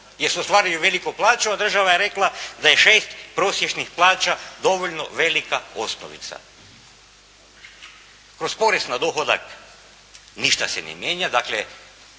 jer su ostvarili veliku plaću, a država je rekla da je 6 prosječnih plaća dovoljno velika osnovica. Kroz porez na dohodak ništa se ne mijenja,